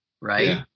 Right